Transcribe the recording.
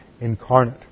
incarnate